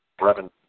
Brevin